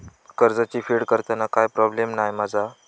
कर्जाची फेड करताना काय प्रोब्लेम नाय मा जा?